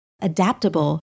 adaptable